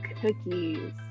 cookies